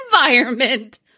environment